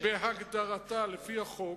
בהגדרתה לפי החוק,